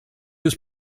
his